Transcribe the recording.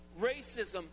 racism